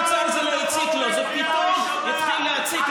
זה אושר בסיעת קדימה, כן או לא?